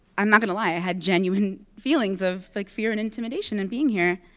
i'm not going to lie. i have genuine feelings of like fear and intimidation, in being here.